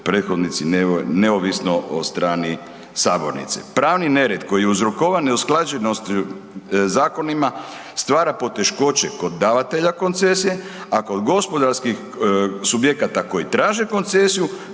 prethodnici, neovisno o strani sabornice. Pravni nered koji je uzrokovan neusklađenosti zakonima, stvara poteškoće kod davatelja koncesije, a kod gospodarskih subjekata koji traže koncesiju,